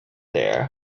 there